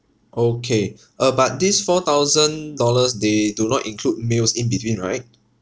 okay uh but this four thousand dollars they do not include meals in between right